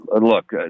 Look